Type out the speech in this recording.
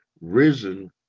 risen